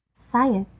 sire,